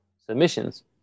submissions